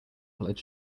colored